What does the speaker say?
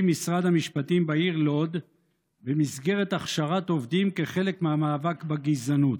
משרד המשפטים בעיר לוד במסגרת הכשרת עובדים כחלק מהמאבק בגזענות.